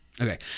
Okay